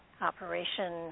Operation